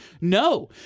No